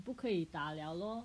不可以打了 lor